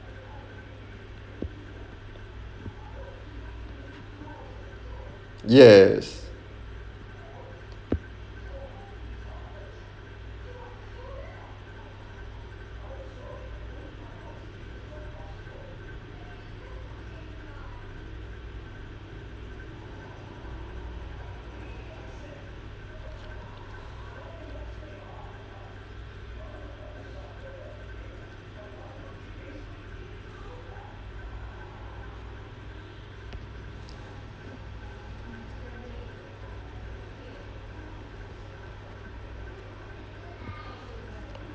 yes